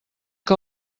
que